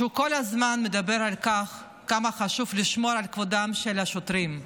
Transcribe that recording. שכל הזמן מדבר על כמה שחשוב לשמור על כבודם של השוטרים,